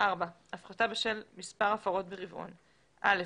"הפחתת בשל מספר הפרות ברבעון 4. (א)